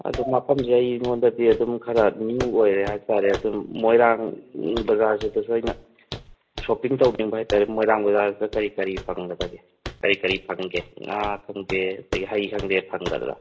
ꯑꯗꯣ ꯃꯐꯃꯁꯦ ꯑꯩꯉꯣꯟꯗꯗꯤ ꯑꯗꯨꯝ ꯈꯔ ꯅꯤꯎ ꯑꯣꯏꯔꯦ ꯍꯥꯏꯕꯇꯔꯦ ꯑꯗꯨꯝ ꯃꯣꯏꯔꯥꯡ ꯕꯉꯥꯔꯁꯤꯗꯁꯨ ꯑꯩꯅ ꯁꯣꯄꯤꯡ ꯇꯧꯅꯤꯡꯕ ꯍꯥꯏꯇꯥꯔꯦ ꯃꯣꯏꯔꯥꯡ ꯕꯥꯖꯥꯔꯁꯤꯗ ꯀꯔꯤ ꯀꯔꯤ ꯐꯪꯒꯗꯒꯦ ꯀꯔꯤ ꯀꯔꯤ ꯐꯪꯒꯦ ꯉꯥ ꯈꯪꯗꯦ ꯑꯩꯈꯣꯏꯒꯤ ꯍꯩ ꯈꯪꯗꯦ ꯐꯪꯒꯗ꯭ꯔꯥ